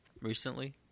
recently